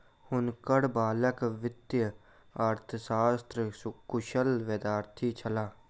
हुनकर बालक वित्तीय अर्थशास्त्रक कुशल विद्यार्थी छलाह